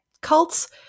cults